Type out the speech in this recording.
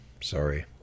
sorry